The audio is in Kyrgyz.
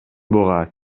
буга